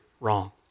wrong